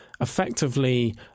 effectively